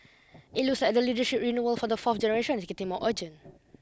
it looks like the leadership renewal for the fourth generation is getting more urgent